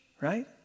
right